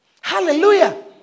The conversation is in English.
Hallelujah